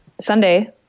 Sunday